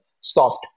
soft